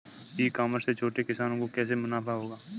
ई commerce से छोटे किसानों को कैसे मुनाफा होगा?